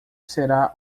será